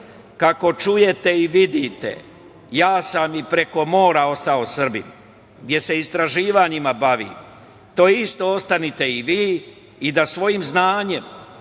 „Kako čujete i vidite, ja sam i preko mora ostao Srbin gde se istraživanjima bavim. To isto ostanite i vi i da svojim znanjem